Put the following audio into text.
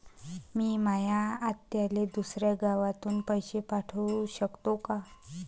मी माया आत्याले दुसऱ्या गावातून पैसे पाठू शकतो का?